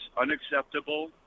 unacceptable